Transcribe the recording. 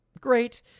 great